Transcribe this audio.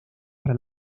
para